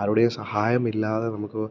ആരുടെയും സഹായമില്ലാതെ നമുക്ക്